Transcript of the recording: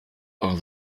are